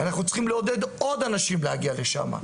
אנחנו צריכים לעודד עוד אנשים להגיע לשם,